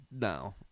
No